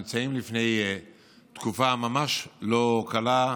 אלא היא ממש לא קלה,